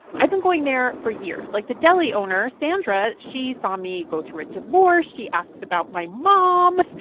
i've been going there for years. like, the deli owner, sandra she saw me go through a divorce. she asks about my mom.